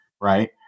right